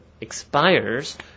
Expires